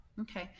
Okay